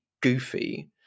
goofy